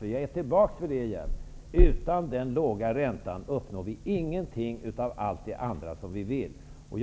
Jag kommer alltså tillbaka till räntan igen: Utan den låga räntan uppnår vi ingenting av allt det andra som vi vill. På